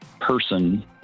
person